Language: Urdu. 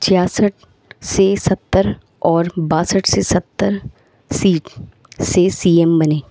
چھیاسٹھ سے ستر اور باسٹھ سے ستر سیٹ سے سی ایم بنے